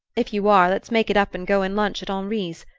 if you are, let's make it up and go and lunch at henri's.